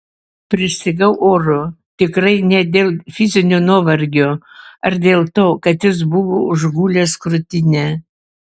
pristigau oro tikrai ne dėl fizinio nuovargio ar dėl to kad jis buvo užgulęs krūtinę